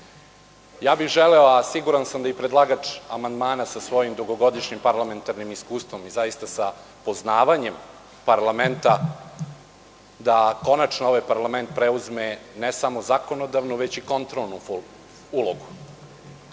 bih, a siguran sam da i predlagač amandmana sa svojim dugogodišnjim parlamentarnim iskustvom, sa poznavanjem parlamenta, da konačno ovaj parlament preuzme ne samo zakonodavnu, već i kontrolnu ulogu,